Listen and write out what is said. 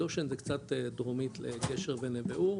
דושן זה קצת דרומית לגשר ונוואור,